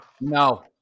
No